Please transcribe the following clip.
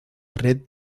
red